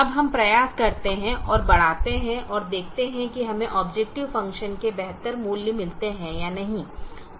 अब हम प्रयास करते हैं और बढ़ाते हैं और देखते हैं कि हमें ऑबजेकटिव फ़ंक्शन के बेहतर मूल्य मिलते हैं या नहीं